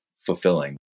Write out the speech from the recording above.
fulfilling